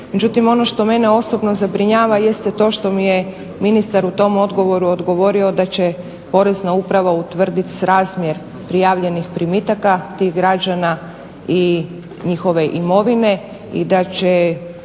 Međutim ono što mene osobno zabrinjava jeste to što mi je ministar u tom odgovoru odgovorio da će porezna uprava utvrditi srazmjer prijavljenih primitaka tih građana i njihove imovine i da će